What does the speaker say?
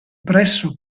presso